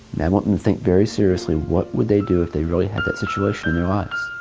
i want them to think very seriously, what would they do if they really had that situation in their lives?